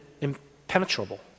impenetrable